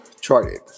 charted